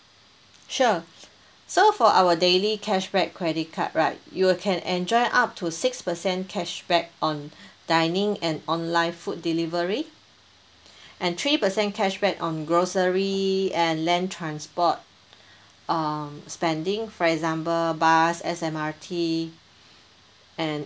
sure so for our daily cashback credit card right you can enjoy up to six percent cashback on dining and online food delivery and three percent cashback on grocery and land transport uh spending for example bus S_M_R_T and